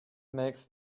makes